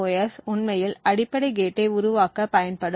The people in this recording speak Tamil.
CMOS உண்மையில் அடிப்படை கேட்டை உருவாக்க பயன்படும்